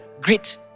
grit